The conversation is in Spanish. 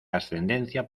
ascendencia